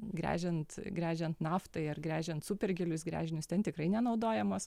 gręžiant gręžiant naftai ar gręžiant super gilius gręžinius ten tikrai nenaudojamos